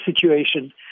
situation